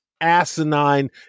asinine